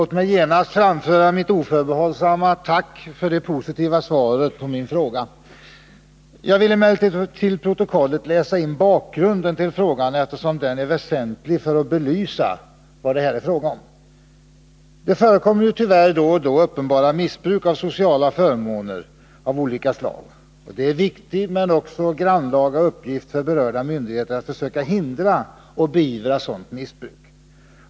Tyvärr förekommer det då och då uppenbart missbruk av sociala förmåner av olika slag. Det är en viktig — men också grannlaga — uppgift för berörda myndigheter att försöka hindra och beivra sådant missbruk.